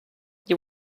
you